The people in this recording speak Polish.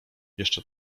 jeszcze